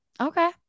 Okay